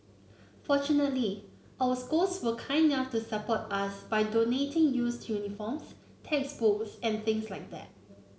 fortunately our schools were kind enough to support us by donating used uniforms textbooks and things like that